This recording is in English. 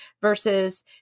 versus